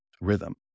rhythm